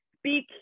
speak